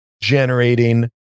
generating